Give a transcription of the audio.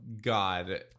God